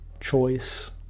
choice